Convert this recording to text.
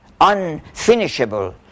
unfinishable